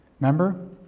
Remember